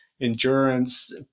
endurance